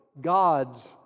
God's